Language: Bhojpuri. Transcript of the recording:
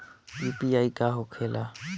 यू.पी.आई का होके ला?